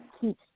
keep